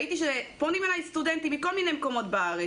פנו אליי סטודנטים מכל מיני מקומות בארץ.